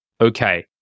Okay